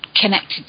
connected